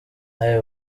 nawe